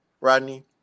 Rodney